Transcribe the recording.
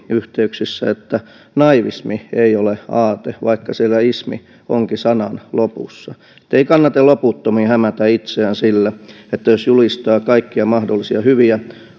yhteyksissä että naivismi ei ole aate vaikka siellä ismi onkin sanan lopussa ei kannata loputtomiin hämätä itseään sillä että jos julistaa kaikkia mahdollisia hyviä